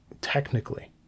technically